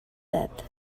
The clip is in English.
that